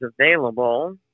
available